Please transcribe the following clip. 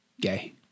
gay